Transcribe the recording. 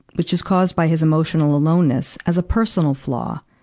which is caused by his emotional aloneness, as a personal flaw.